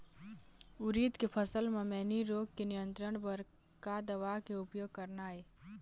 उरीद के फसल म मैनी रोग के नियंत्रण बर का दवा के उपयोग करना ये?